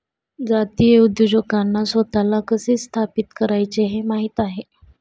जातीय उद्योजकांना स्वतःला कसे स्थापित करायचे हे माहित आहे